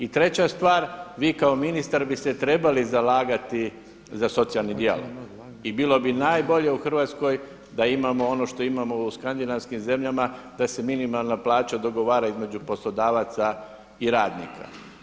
I treća stvar, vi kao ministar bi se trebali zalagati za socijalni dijalog i bilo bi najbolje u Hrvatskoj da imamo ono što imamo u skandinavskim zemljama, da se minimalna plaća dogovara između poslodavaca i radnika.